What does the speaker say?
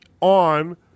on